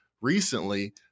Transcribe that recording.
recently